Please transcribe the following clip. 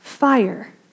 Fire